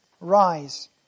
rise